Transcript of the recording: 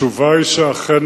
התשובה היא שאכן,